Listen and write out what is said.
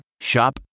Shop